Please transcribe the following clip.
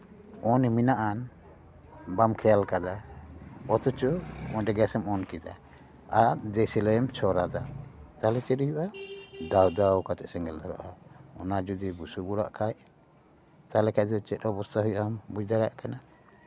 ᱚᱱ ᱢᱮᱱᱟᱜᱼᱟ ᱵᱟᱢ ᱠᱷᱮᱭᱟᱞ ᱟᱠᱟᱫᱟ ᱚᱛᱷᱚᱪᱚ ᱚᱰᱮ ᱜᱮᱥ ᱮᱢ ᱚᱱ ᱠᱮᱫᱟ ᱟᱨ ᱫᱮᱭᱟᱹᱥᱮᱞᱟᱭ ᱮᱢ ᱪᱷᱚᱨ ᱟᱫᱟ ᱛᱟᱦᱞᱮ ᱪᱮᱫ ᱦᱩᱭᱩᱜᱼᱟ ᱫᱟᱣ ᱫᱟᱣ ᱠᱟᱛᱮᱫ ᱥᱮᱸᱜᱮᱞ ᱫᱷᱚᱨᱟᱜᱼᱟ ᱚᱱᱟ ᱡᱩᱫᱤ ᱵᱩᱥᱩᱵ ᱚᱲᱟᱜ ᱠᱷᱟᱱ ᱛᱟᱦᱞᱮ ᱠᱷᱟᱱ ᱫᱚ ᱪᱮᱫ ᱚᱵᱚᱥᱛᱷᱟ ᱦᱩᱭᱩᱜ ᱟᱢ ᱵᱩᱡ ᱫᱟᱲᱮᱭᱟᱜ ᱠᱟᱱᱟ